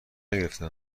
نگرفته